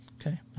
okay